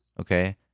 Okay